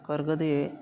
कर्गदे